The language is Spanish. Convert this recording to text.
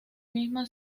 misma